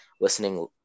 listening